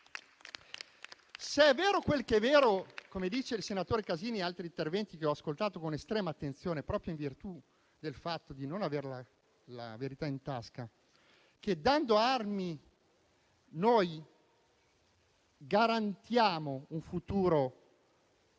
Se è vero come è vero - come dice il senatore Casini e come dicono altri interventi che ho ascoltato con estrema attenzione, proprio in virtù del fatto di non avere la verità in tasca - che dando armi noi garantiamo un futuro